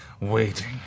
Waiting